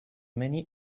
many